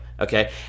okay